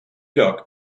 lloc